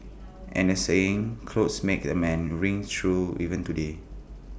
and the saying clothes make the man rings true even today